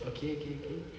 okay okay okay